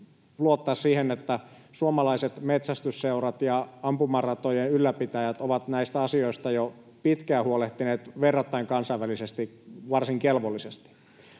luottaa siihen, että suomalaiset metsästysseurat ja ampumaratojen ylläpitäjät ovat näistä asioista jo pitkään huolehtineet kansainvälisesti verrattain varsin kelvollisesti.